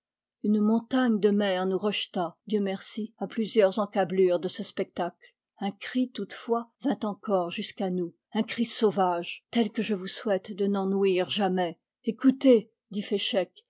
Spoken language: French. une montagne de mer nous rejeta dieu merci à plusieurs en câblures de ce spectacle un cri toutefois vint encore jusqu'à nous un cri sauvage tel que je vous souhaite de n'en ouïr jamais écoutez